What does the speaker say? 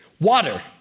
water